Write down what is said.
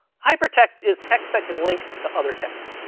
hypertext is text that can link to other texts.